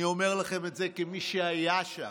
אני אומר לכם את זה כמי שהיה שם,